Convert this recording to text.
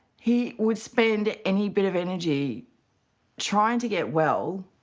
he would spend any bit of energy trying to get well,